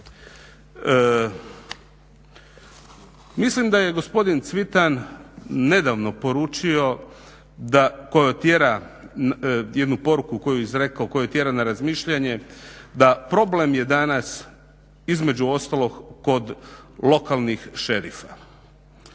Mislim da je gospodin Cvitan nedavno poručio jednu poruku koju je izrekao koja tjera na razmišljanje, da je problem danas između ostalog kod lokalnih šerifa.